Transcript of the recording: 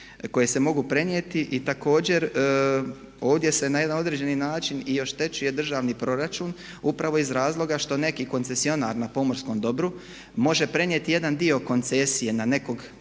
koje se mogu prenijeti. I također, ovdje se na jedan određeni način i oštećuje državni proračun upravo iz razloga što neki koncesionar na pomorskom dobru može prenijeti jedan dio koncesije na nekog novog